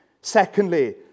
Secondly